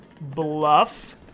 bluff